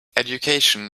education